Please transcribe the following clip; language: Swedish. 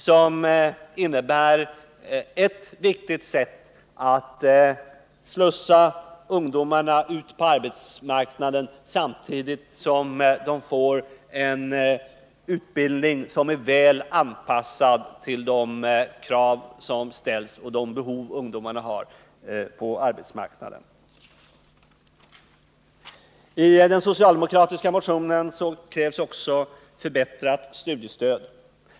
Det innebär att ungdomar skall kunna slussas ut på arbetsmarknaden samtidigt som de får en utbildning som är väl anpassad till de krav som ställs och de behov som ungdomarna har på arbetsmarknaden. I den socialdemokratiska motionen krävs också förbättrat studiestöd.